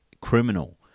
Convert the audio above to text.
criminal